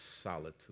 solitude